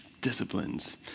disciplines